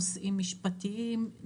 נושאים משפטיים,